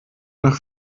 nach